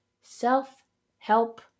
self-help